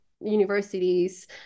universities